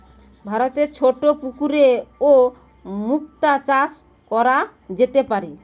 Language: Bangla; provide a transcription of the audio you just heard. ভারতে ছোট পুকুরেও মুক্তা চাষ কোরা যেতে পারে